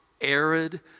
arid